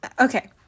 okay